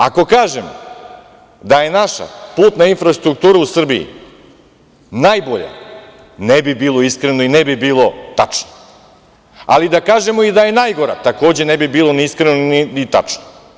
Ako kažem da je naša putna infrastruktura u Srbiji najbolja ne bi bilo iskreno i ne bi bilo tačno, ali da kažemo i da je najgora, takođe ne bi bilo ni iskreno ni tačno.